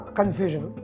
confusion